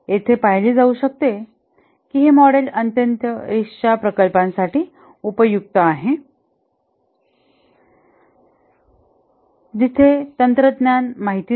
येथे पाहिले जाऊ शकते हे मॉडेल अत्यंत रिस्क च्या प्रकल्पांसाठी उपयुक्त आहे जिथे तंत्रज्ञान माहित नाही